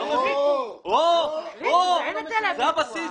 זה הבסיס.